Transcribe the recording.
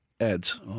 ads